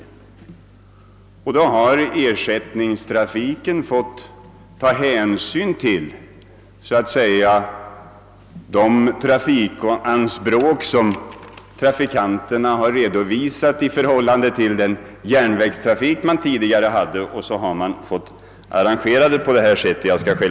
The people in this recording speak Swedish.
Under sådana förhållanden har man vid anordnande av ersättningstrafik fått ställa, så att säga, de trafikanspråk, som trafikanterna har redovisat, i förhållande till den järnvägstrafik man tidigare hade, och därför har man fått arrangera det på det sätt som herr Karlsson nämnde.